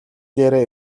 дээрээ